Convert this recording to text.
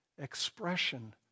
expression